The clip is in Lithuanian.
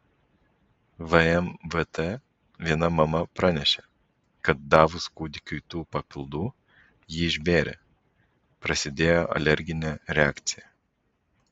vmvt viena mama pranešė kad davus kūdikiui tų papildų jį išbėrė prasidėjo alerginė reakcija